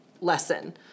lesson